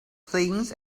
things